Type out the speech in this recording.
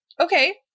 Okay